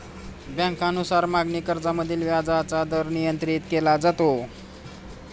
बँकांनुसार मागणी कर्जामधील व्याजाचा दर नियंत्रित केला जातो